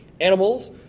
animals